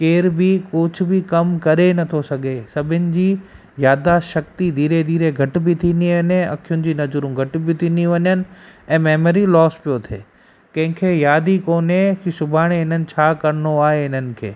केर बि कुझु बि कम करे नथो सघे सभिनि जी याद्दाश्त शक्ति धीरे धीरे घटि बि थींदी वञे अखियुनि जी नज़रूं घटि बि थींदियूं वञनि ऐं मैमरी लॉस पियो थिए कंहिंखे यादि ई कोने कि सुभाणे हिननि छा करिणो आहे इन्हनि खे